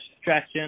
stretching